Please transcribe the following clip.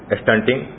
stunting